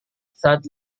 saat